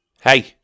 Hey